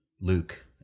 Luke